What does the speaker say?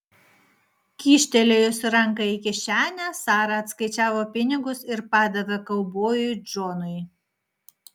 kyštelėjusi ranką į kišenę sara atskaičiavo pinigus ir padavė kaubojui džonui